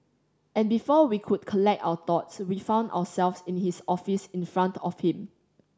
and before we could collect our thoughts we found ourselves in his office in front of him